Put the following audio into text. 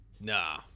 Nah